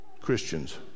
Christians